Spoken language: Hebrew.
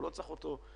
הוא לא צריך אותו בהמשך.